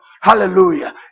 Hallelujah